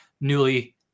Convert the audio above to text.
newly